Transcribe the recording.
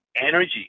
energy